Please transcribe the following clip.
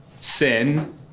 sin